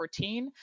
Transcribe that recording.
2014